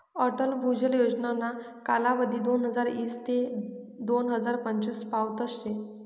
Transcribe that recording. अटल भुजल योजनाना कालावधी दोनहजार ईस ते दोन हजार पंचवीस पावतच शे